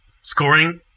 scoring